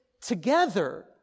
together